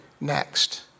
next